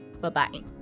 Bye-bye